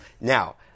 now